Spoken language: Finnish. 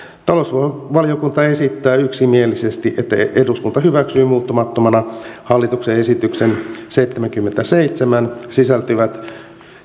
talousvaliokunta esittää yksimielisesti että eduskunta hyväksyy muuttamattomana hallituksen esitykseen seitsemänkymmentäseitsemän sisältyvät